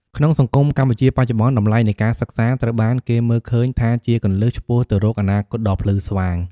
ក្នុងសង្គមកម្ពុជាបច្ចុប្បន្ន តម្លៃនៃការសិក្សាត្រូវបានគេមើលឃើញថាជាគន្លឹះឆ្ពោះទៅរកអនាគតដ៏ភ្លឺស្វាង។